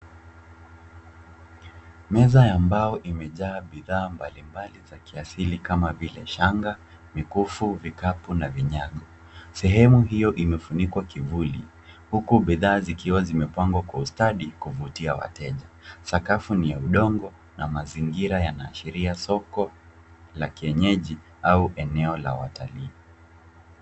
Meza ya mbao imejaa bidhaa mbalimbali za kiasili kama vile shanga, mikufu, vikapu na vinyago. Sehemu hiyo imefunikwa kivuli huku bidhaa zikiwa zimepangwa kwa ustadi kuvutia wateja. Sakafu ni ya udongo na mazingira yanaashiria soko la kienyeji au eneo la watalii.